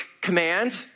command